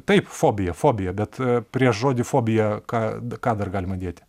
taip fobija fobija bet prieš žodį fobija ką ką dar galima dėti